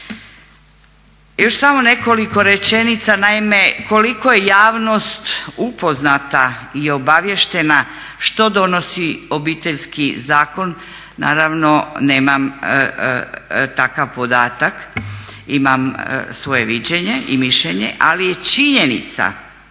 Još samo nekoliko rečenica, naime koliko je javnost upoznata i obaviještena što donosi Obiteljski zakon, naravno nemam takav podatak, imam svoje viđenje i mišljenje. ali je činjenica da